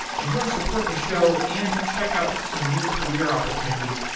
if you want to support the show and check out some new career opportunities,